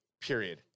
Period